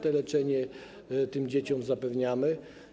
To leczenie tym dzieciom zapewniamy.